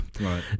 Right